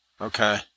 Okay